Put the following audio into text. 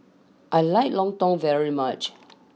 I like Lontong very much